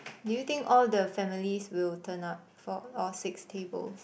do you think all the families will turn up for all six tables